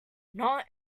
not